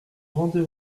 rendez